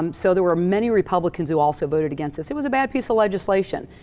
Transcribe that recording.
um so there were many republicans who also voted against this. it was a bad piece of legislation.